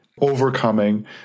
overcoming